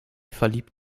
verliebt